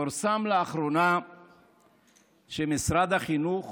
פורסם לאחרונה שמשרד החינוך